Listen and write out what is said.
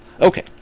Okay